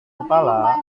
kepala